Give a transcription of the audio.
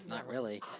not really.